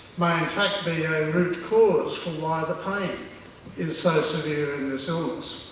may in fact be and a root cause for why the pain is so severe in this illness.